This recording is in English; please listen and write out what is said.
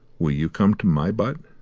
will you come to my butt?